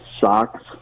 socks